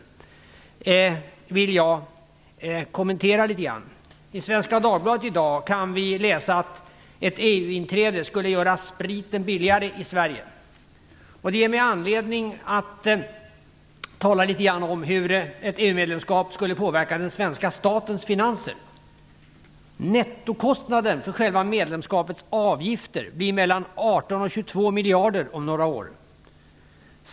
Jag vill kommentera detta litet grand. I Svenska Dagbladet kan vi i dag läsa att ett EU inträde skulle göra spriten billigare i Sverige. Det ger mig anledning att tala litet grand om hur ett EU medlemskap skulle påverka den svenska statens finanser. Nettokostnaden för själva medlemskapets avgifter blir 18-22 miljarder om några år.